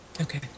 Okay